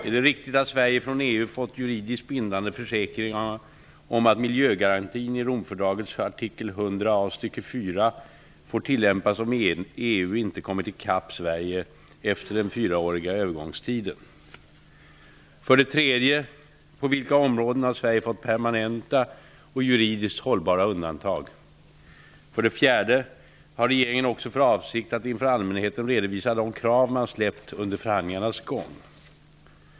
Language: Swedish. Är det riktigt att Sverige från EU fått juridiskt bindande försäkringar om att miljögarantin i Romfördragets artikel 100 A stycke 4, får tillämpas om EU inte kommit i kapp Sverige efter den fyraåriga övergångstiden? 3. På vilka områden har Sverige fått permanenta och juridiskt hållbara undantag? 4. Har regeringen också för avsikt att inför allmänheten redovisa de krav man släppt under förhandlingarnas gång?''